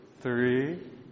three